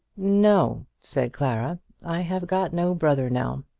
no, said clara i have got no brother now.